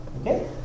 Okay